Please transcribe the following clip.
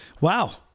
Wow